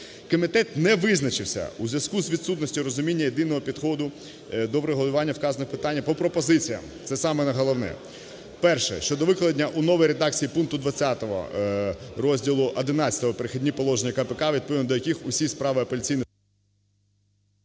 Комітет не визначився у зв'язку з відсутністю розуміння єдиного підходу до врегулювання вказаних питань по пропозиціям - це саме головне: перше - щодо викладення у новій редакції пункту 20 розділу XI "Перехідні положення" КПК, відповідно до яких усі справи… ГОЛОВУЮЧИЙ.